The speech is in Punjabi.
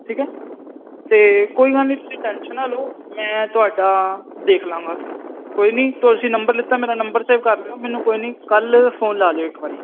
ਠੀਕ ਹੈ ਅਤੇ ਕੋਈ ਗੱਲ ਨਹੀਂ ਤੁਸੀਂ ਟੈਂਸ਼ਨ ਨਾ ਲਓ ਮੈਂ ਤੁਹਾਡਾ ਦੇਖ ਲਵਾਂਗਾ ਕੋਈ ਨਹੀਂ ਤੁਸੀਂ ਨੰਬਰ ਲਿੱਤਾ ਮੇਰਾ ਨੰਬਰ ਸੇਵ ਕਰ ਲਿਓ ਮੈਨੂੰ ਕੋਈ ਨਹੀਂ ਕੱਲ੍ਹ ਫੋਨ ਲਾ ਲਿਓ ਇੱਕ ਵਾਰੀ